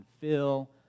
fill